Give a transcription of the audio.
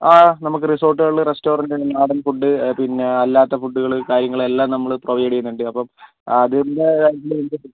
ആ നമുക്ക് റിസോർട്ടുകളിൽ റെസ്റ്റോറൻ്റ് നാടൻ ഫുഡ് പിന്നെ അല്ലാത്ത ഫുഡുകൾ കാര്യങ്ങൾ എല്ലാം നമ്മൾ പ്രൊവൈഡ് ചെയ്യുന്നുണ്ട് അപ്പം അതിൻ്റെ